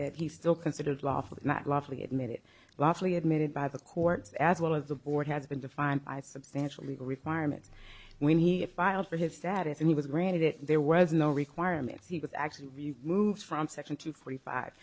that he still considered lawful not lawfully admitted lawfully admitted by the courts as well as the board has been defined by substantial legal requirements when he filed for his status and he was granted it there was no requirements he was actually moved from section two forty five